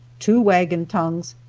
two wagon tongues,